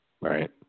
right